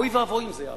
אוי ואבוי אם זה יעבור.